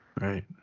Right